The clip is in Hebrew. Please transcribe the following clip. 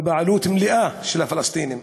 בבעלות מלאה של הפלסטינים,